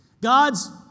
God's